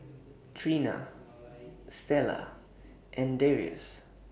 Trina Stella and Darrius